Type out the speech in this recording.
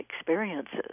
experiences